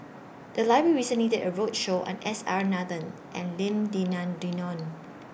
The Library recently did A roadshow on S R Nathan and Lim Denan Denon